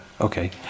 okay